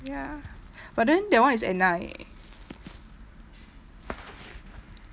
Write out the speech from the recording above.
ya but then that one is at night